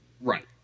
right